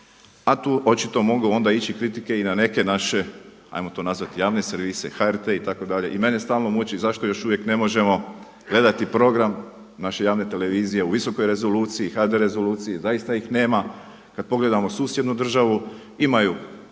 a tu očito mogu ići onda kritike i na neke naše ajmo to nazvati javne servise, HRT itd. i mene stalno muči zašto još uvijek ne možemo gledati program naše javne televizije u visokoj rezoluciji HD rezoluciji, zaista ih nema. Kada pogledamo susjednu državu, imaju